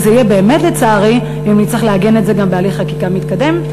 וזה יהיה באמת לצערי אם נצטרך לעגן את זה גם בהליך חקיקה מתקדם,